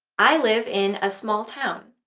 i live in a small town.